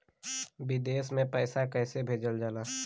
विदेश में पैसा कैसे भेजल जाला?